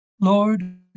Lord